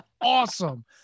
awesome